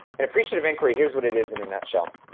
and appreciative inquiry, here's what it is in a nutshell.